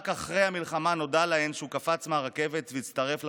רק אחרי המלחמה נודע להם שהוא קפץ מהרכבת והצטרף לפרטיזנים,